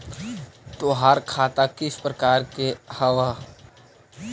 तोहार खता किस प्रकार के हवअ